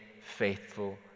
faithful